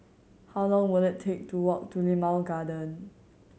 how long will it take to walk to Limau Garden